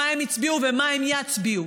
מה הם הצביעו ומה הם יצביעו,